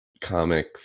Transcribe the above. comic